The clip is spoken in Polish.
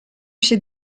się